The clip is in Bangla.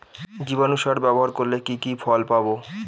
জীবাণু সার ব্যাবহার করলে কি কি ফল পাবো?